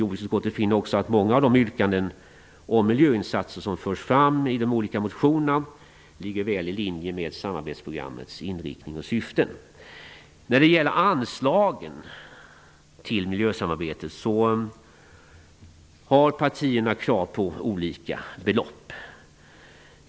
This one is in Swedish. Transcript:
Jordbruksutskottet finner också att många av de yrkanden om miljöinsatser som förts fram i motionerna ligger väl i linje med samarbetsprogrammets inriktning och syften. När det gäller anslagen till miljösamarbetet framför partierna krav på olika belopp.